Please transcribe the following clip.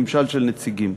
"ממשל של נציגים",